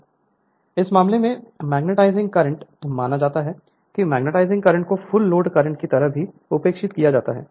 Refer Slide Time 0358 इस मामले में मैग्नेटाइजिंग करंट माना जाता है कि मैग्नेटाइजिंग करंट को फुल लोड कंडीशन के तहत भी उपेक्षित किया जाता है